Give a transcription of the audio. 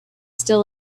still